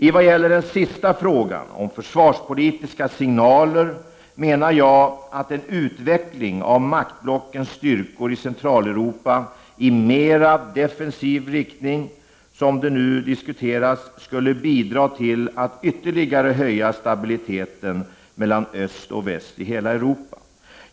I vad gäller den sista frågan, om försvarspolitiska signaler, menar jag att en utveckling av maktblockens styrkor i Centraleuropa i mera defensiv riktning, såsom det nu diskuteras, skulle bidra till att ytterligare höja stabiliteten mellan öst och väst i hela Eruopa.